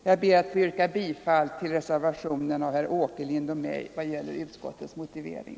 Jag ber att få yrka bifall till reservationen av herr Åkerlind och mig i vad gäller utskottets motivering.